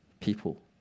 people